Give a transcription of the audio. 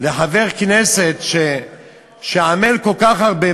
לחבר כנסת שעמל כל כך הרבה,